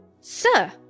Sir